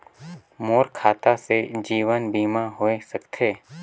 मोर खाता से जीवन बीमा होए सकथे?